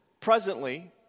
Presently